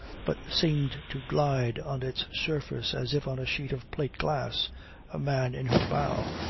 but seemed to glide on its surface as if on a sheet of plate-glass, a man in her bow,